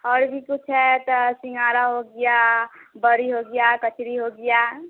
और भी कुछ है तो सिंघाड़ा हो गया बड़ी हो गया कचरी हो गया